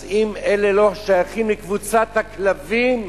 אז אם אלה לא שייכים לקבוצת הכלבים,